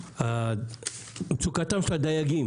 ועל מצוקתם של הדייגים.